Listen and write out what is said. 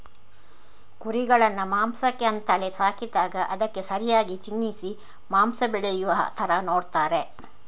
ಕುರಿಗಳನ್ನ ಮಾಂಸಕ್ಕೆ ಅಂತಲೇ ಸಾಕಿದಾಗ ಅವಕ್ಕೆ ಸರಿಯಾಗಿ ತಿನ್ನಿಸಿ ಮಾಂಸ ಬೆಳೆಯುವ ತರ ನೋಡ್ತಾರೆ